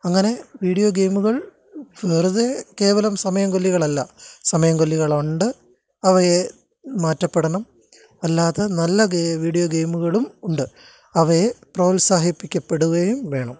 അങ്ങനെ വീഡിയോ ഗെയിമുകള് വെറുതെ കേവലം സമയം കൊല്ലികൾ അല്ല സമയം കൊല്ലികളുണ്ട് അവയെ മാറ്റപ്പെടണം അല്ലാതെ നല്ല വീഡിയോ ഗെയിമുകളും ഉണ്ട് അവയെ പ്രോത്സാഹിപ്പിക്കപ്പെടുകയും വേണം